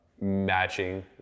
matching